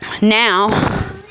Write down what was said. now